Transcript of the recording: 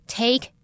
take